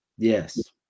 Yes